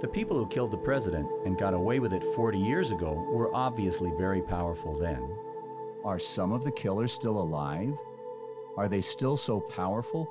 the people who killed the president and got away with it forty years ago were obviously very powerful then are some of the killers still alive are they still so powerful